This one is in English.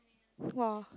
[wah]